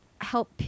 help